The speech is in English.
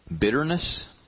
bitterness